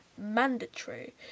Mandatory